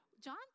John